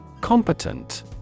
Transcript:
Competent